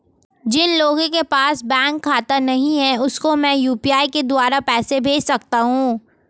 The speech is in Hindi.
जिन लोगों के पास बैंक खाता नहीं है उसको मैं यू.पी.आई के द्वारा पैसे भेज सकता हूं?